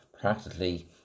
practically